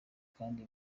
kandi